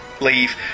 leave